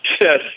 Yes